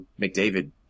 McDavid –